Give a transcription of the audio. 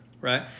right